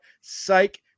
Psych